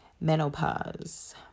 Menopause